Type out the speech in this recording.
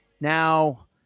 Now